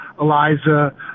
Eliza